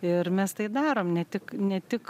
ir mes tai darom ne tik ne tik